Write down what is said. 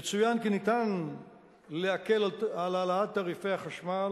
יצוין כי אפשר להקל את העלאת תעריפי החשמל